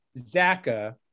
Zaka